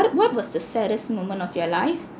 what what was the saddest moment of your life